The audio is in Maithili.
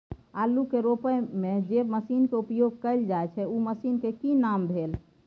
आलू के रोपय में जे मसीन के उपयोग कैल जाय छै उ मसीन के की नाम भेल?